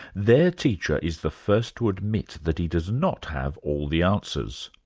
their teacher is the first to admit that he does not have all the answers.